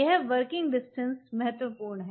यह working distance महत्वपूर्ण है